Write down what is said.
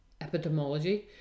Epidemiology